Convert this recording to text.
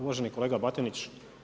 Uvaženi kolega Batinić.